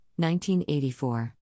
1984